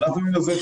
אנחנו נינזק,